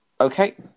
Okay